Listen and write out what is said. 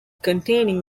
containing